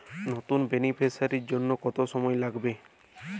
নতুন বেনিফিসিয়ারি জন্য কত সময় লাগবে?